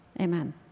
amen